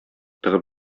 тыгып